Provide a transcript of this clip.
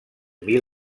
mil